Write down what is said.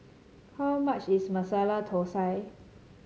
how much is Masala Thosai